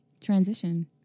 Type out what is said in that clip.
transition